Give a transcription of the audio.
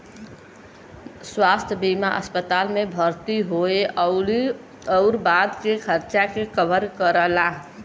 स्वास्थ्य बीमा अस्पताल में भर्ती होये आउर बाद के खर्चा के कवर करला